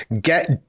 get